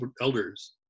elders